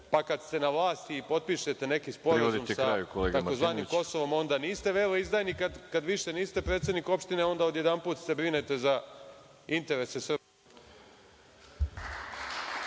pa kad ste na vlasti i potpišete neki sporazum sa tzv. Kosovom onda niste veleizdajnik, a kad više niste predsednik opštine, onda odjedanput se brinete za interese Srbije